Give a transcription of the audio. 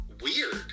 weird